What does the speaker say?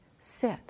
sit